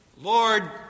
Lord